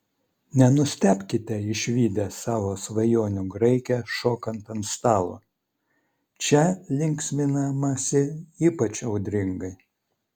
nenustebkite išvydę savo svajonių graikę šokant ant stalo čia linksminamasi ypač audringai